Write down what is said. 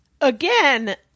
again